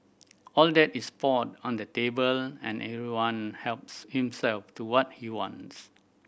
all that is poured on the table and everyone helps himself to what he wants